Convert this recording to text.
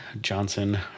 Johnson